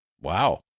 Wow